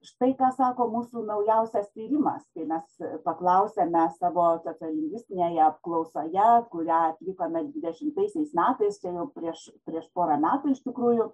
štai ką sako mūsų naujausias tyrimas kai mes paklausėme savo tokioj lingvistinėje apklausoje kurią atlikome dešimtaisiais metais jau prieš prieš porą metų iš tikrųjų